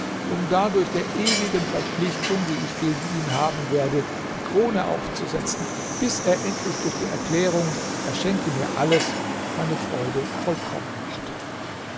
um dadurch der ewigen verpflichtung die ich gegen ihn haben werde die krone aufzusetzten bis er endlich durch die erklärung er schenke mir alles meine freude vollkommen machte